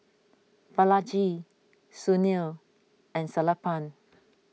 Balaji Sunil and Sellapan